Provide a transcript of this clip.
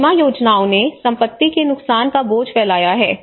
बीमा योजनाओं ने संपत्ति के नुकसान का बोझ फैलाया है